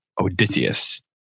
odysseus